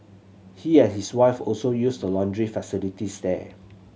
he and his wife also use the laundry facilities there